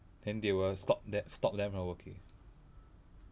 then they will stop them stop them from working